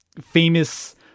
famous